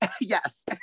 Yes